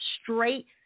straight